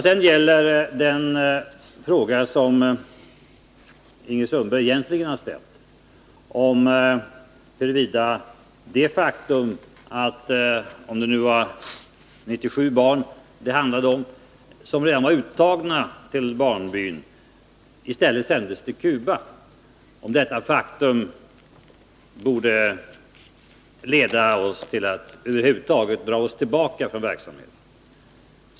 Sedan till den fråga som Ingrid Sundberg egentligen ställde. Frågan gällde alltså huruvida det faktum att de 97 barn, om det nu var detta antal, som redan var uttagna för barnbyn, i stället sändes till Cuba, borde leda till att vi rent av skulle dra oss tillbaka från verksamheten.